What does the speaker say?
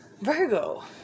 Virgo